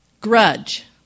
Grudge